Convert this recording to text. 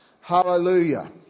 Hallelujah